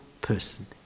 person